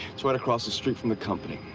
it's right across the street from the company.